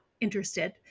interested